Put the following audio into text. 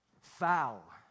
Foul